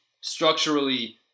structurally